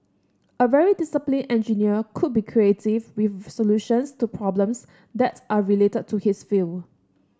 a very disciplined engineer could be creative with solutions to problems that are related to his field